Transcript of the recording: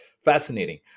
fascinating